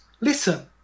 Listen